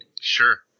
Sure